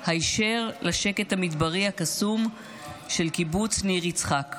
היישר לשקט המדברי הקסום של קיבוץ ניר יצחק.